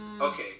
Okay